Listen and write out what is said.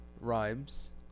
Rhymes